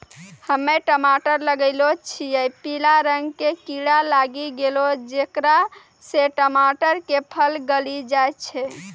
हम्मे टमाटर लगैलो छियै पीला रंग के कीड़ा लागी गैलै जेकरा से टमाटर के फल गली जाय छै?